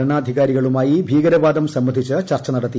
ഭരണാധികാരികളുമായി ഭൂീകരവാദം സംബന്ധിച്ച് ചർച്ച നടത്തി